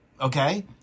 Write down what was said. okay